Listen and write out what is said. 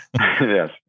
Yes